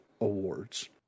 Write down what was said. Awards